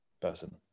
person